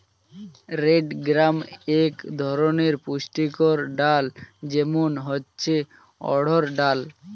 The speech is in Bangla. রেড গ্রাম এক ধরনের পুষ্টিকর ডাল, যেমন হচ্ছে অড়হর ডাল